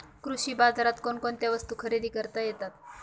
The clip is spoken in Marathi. कृषी बाजारात कोणकोणत्या वस्तू खरेदी करता येतात